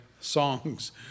songs